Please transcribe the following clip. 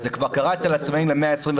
זה כבר קרה אצל עצמאים ל-125%,